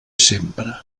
sempre